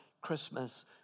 Christmas